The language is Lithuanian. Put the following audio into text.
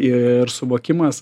ir suvokimas